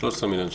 13 מיליון.